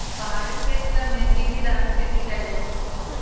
पहारी क्षेत्र सभमें सीढ़ीदार खेती कएल जाइ छइ